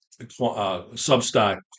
Substack